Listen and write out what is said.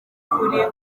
kuri